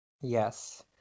Yes